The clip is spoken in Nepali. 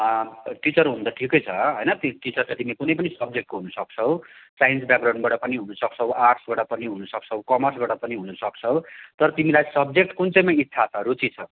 टिचर हुनु त ठिकै छ होइन टिचर त तिमी कुनै पनि सब्जेक्टको हुनु सक्छौ साइन्स ब्याकग्राउन्डबाट पनि हुनु सक्छौ आर्ट्सबाट पनि हुनु सक्छौ कमर्सबाट पनि हुन सक्छौ तर तिमीलाई सब्जेक्ट कुन चाहिँमा इच्छा छ रुचि छ